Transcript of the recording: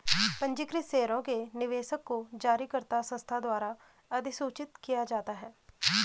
पंजीकृत शेयरों के निवेशक को जारीकर्ता संस्था द्वारा अधिसूचित किया जाता है